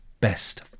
best